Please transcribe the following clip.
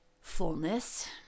fullness